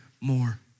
more